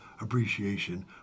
appreciation